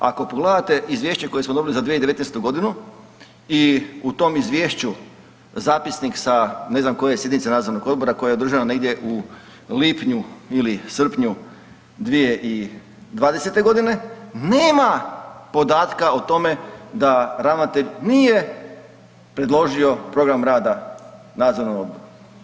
Ako pogledate izvješće koje smo dobili za 2019. godinu i u tom izvješću zapisnik sa ne znam koje sjednice nadzornog odbora koja je održana negdje u lipnju ili srpnju 2020. godine nema podatka o tome da ravnatelj nije predložio program rada nadzornom odboru.